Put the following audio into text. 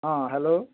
অঁ হেল্ল'